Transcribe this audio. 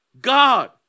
God